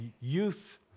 youth